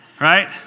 right